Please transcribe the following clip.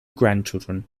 grandchildren